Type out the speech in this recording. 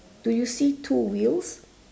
do you see two wheels